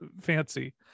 fancy